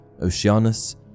Oceanus